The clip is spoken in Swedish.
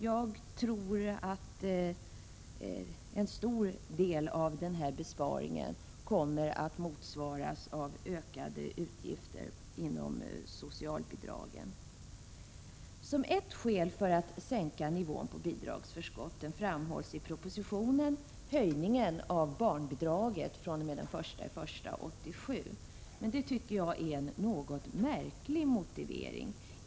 Jag tror att en stor del av denna besparing kommer att motsvaras av ökade utgifter när det gäller socialbidragen. Som ett skäl för att sänka nivån på bidragsförskotten framhålls i propositionen höjningen av barnbidraget fr.o.m. den 1 januari 1987. Men det tycker jag är en något märklig motivering.